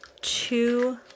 two